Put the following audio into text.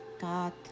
God